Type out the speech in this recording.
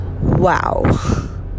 wow